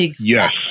Yes